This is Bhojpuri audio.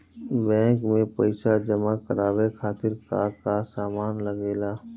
बैंक में पईसा जमा करवाये खातिर का का सामान लगेला?